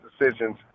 decisions